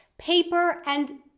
paper and.